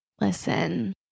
listen